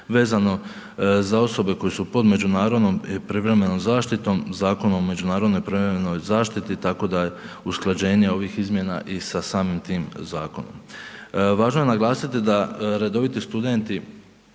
vezano za osobe koje su pod međunarodnom i privremenom zaštitom, Zakonom o privremenoj zaštiti tako da je usklađenje ovih izmjena i sa samim tim zakonom. Važno je naglasiti da redoviti studenti